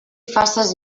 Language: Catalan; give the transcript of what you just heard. faces